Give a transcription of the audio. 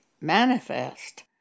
manifest